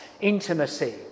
intimacy